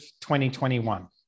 2021